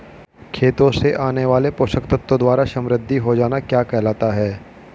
खेतों से आने वाले पोषक तत्वों द्वारा समृद्धि हो जाना क्या कहलाता है?